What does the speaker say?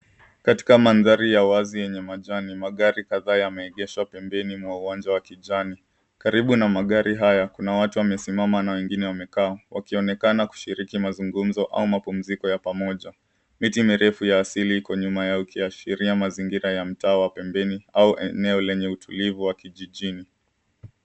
Katika mandhari ya wazi yenye majani magari kadhaa yameegeshwa pembeni mwa uwanja wa kijani. Karibu na magari haya kuna watu wamesimama na wengine wamekaa wakionekana kushiriki mazungumzo au mapumziko ya pamoja. Miti mirefu ya asili iko nyuma yao ikiashiria mazingira ya mtaa wa pembeni au eneo lenye utulivu wa kijijini.